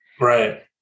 Right